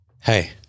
hey